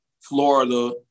Florida